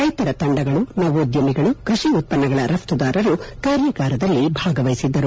ರೈತರ ತಂಡಗಳು ನವೋದ್ಯಮಿಗಳು ಕೃಷಿ ಉತ್ಪನ್ನಗಳ ರಘ್ತುದಾರರು ಕಾರ್ಯಾಗಾರದಲ್ಲಿ ಭಾಗವಹಿಸಿದ್ದರು